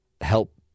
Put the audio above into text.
help